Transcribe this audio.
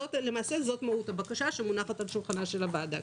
למעשה זה מהות הבקשה שמונחת על שולחן הוועדה.